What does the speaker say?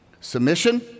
Submission